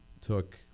took